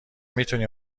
میتونی